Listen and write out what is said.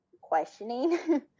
questioning